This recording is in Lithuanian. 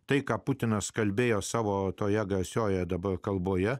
tai ką putinas kalbėjo savo toje garsiojoje dabar kalboje